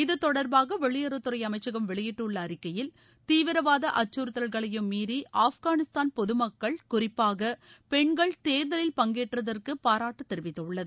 இது தொடர்பாக வெளியுறவுத்துறை அமைச்சகம் வெளியிட்டுள்ள அறிக்கையில் தீவிரவாத அச்கறுத்தல்களையும் மீறி ஆஃப்கானிஸ்தான் பொது மக்கள் குறிப்பாக பெண்கள் தேர்தலில் பங்கேற்றதற்கு பாராட்டு தெரிவித்துள்ளது